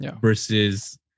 versus